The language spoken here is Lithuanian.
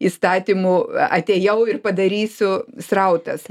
įstatymų atėjau ir padarysiu srautas